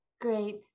Great